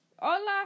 Hola